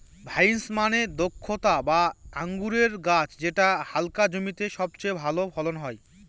vines মানে দ্রক্ষলতা বা আঙুরের গাছ যেটা হালকা জমিতে সবচেয়ে ভালো ফলন হয়